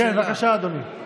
בבקשה, אדוני.